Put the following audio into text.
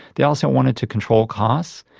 they also wanted to control costs,